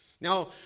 Now